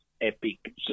epic